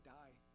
die